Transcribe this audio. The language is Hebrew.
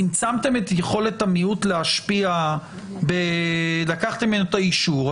צמצמתם את יכולת המיעוט להשפיע ולקחתם ממנו את האישור,